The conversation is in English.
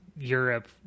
Europe